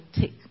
take